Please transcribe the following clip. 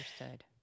Understood